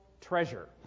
treasure